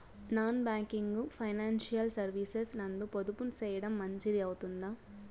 Non banking financial services నందు పొదుపు సేయడం మంచిది అవుతుందా?